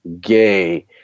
gay